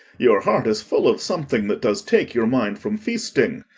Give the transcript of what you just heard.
your heart is full of something that does take your mind from feasting.